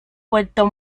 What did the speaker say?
vuelto